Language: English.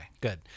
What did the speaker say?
good